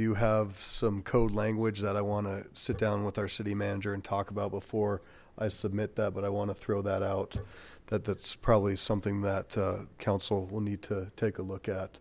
do have some code language that i want to sit down with our city manager and talk about before i submit that but i want to throw that out that that's probably something that council will need to take a look at